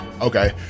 Okay